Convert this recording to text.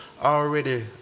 already